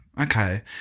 okay